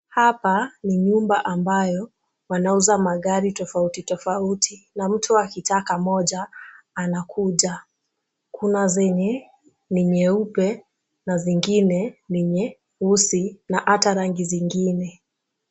Hapa ni nyumba ambayo wanauza magari tofauti tofauti na mtu akitaka moja anakuja. Kuna zenye ni nyeupe na zingine ni nyeusi na ata rangi zingine.